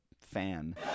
fan